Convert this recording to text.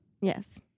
Yes